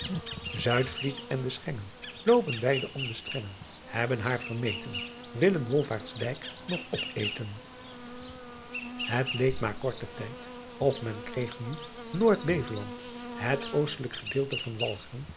uitvliet en de chengen oopen beide om strengen ebben haar vermeeten illen olfaarstdijk nog opeeten et leed maar korten tijd of men kreeg nu oordbeveland het ostelijk gedeelte van alcheren